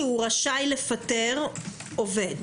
רשאי לפטר עובד,